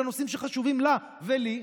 לנושאים שחשובים לה ולי,